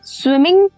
swimming